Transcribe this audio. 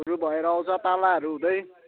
हरू भएर आउँछ पालाहरू हुँदै